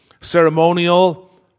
ceremonial